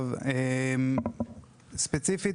ספציפית,